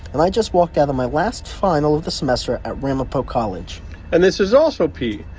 and i just walked out of my last final of the semester at ramapo college and this is also pete.